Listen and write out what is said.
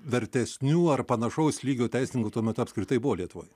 vertesnių ar panašaus lygio teisininkų tuo metu apskritai buvo lietuvoj